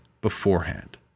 beforehand